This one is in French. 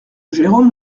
jérome